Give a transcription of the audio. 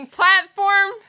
platform